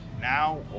now